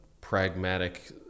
pragmatic